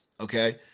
Okay